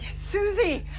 suzy!